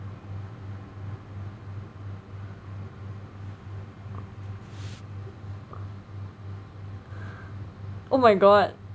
oh my god